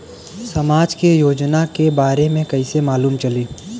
समाज के योजना के बारे में कैसे मालूम चली?